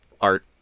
art